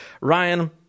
Ryan